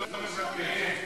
לא מוותר.